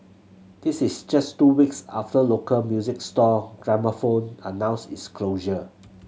this is just two weeks after local music store Gramophone announced its closure